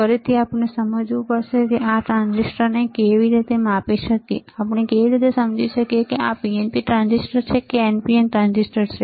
ફરીથી આપણે સમજવું પડશે કે આપણે ટ્રાન્ઝિસ્ટરને કેવી રીતે માપી શકીએ આપણે કેવી રીતે સમજી શકીએ કે આ PNP ટ્રાન્ઝિસ્ટર છે તે NPN ટ્રાન્ઝિસ્ટર છે